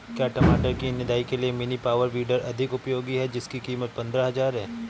क्या टमाटर की निदाई के लिए मिनी पावर वीडर अधिक उपयोगी है जिसकी कीमत पंद्रह हजार है?